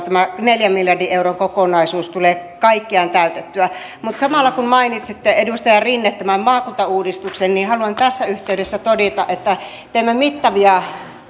tämä neljän miljardin euron kokonaisuus tulee kaikkiaan täytettyä mutta samalla kun mainitsitte edustaja rinne tämän maakuntauudistuksen haluan tässä yhteydessä todeta että teemme mittavia